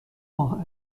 ماه